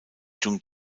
jung